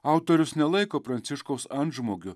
autorius nelaiko pranciškaus antžmogiu